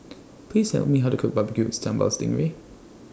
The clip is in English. Please Tell Me How to Cook Barbecue Sambal Sting Ray